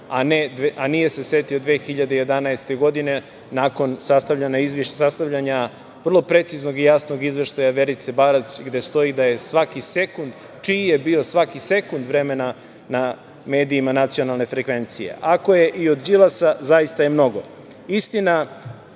a nije se setio 2011. godine nakon sastavljanja vrlo preciznog i jasnog izveštaja Verice Barać, gde stoji čiji je bio svaki sekund vremena na medijima nacionalne frekvencije. Ako je i od Đilasa, zaista je mnogo.